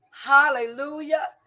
Hallelujah